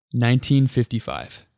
1955